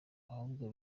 ahubwo